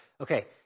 Okay